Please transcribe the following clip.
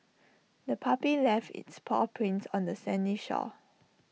the puppy left its paw prints on the sandy shore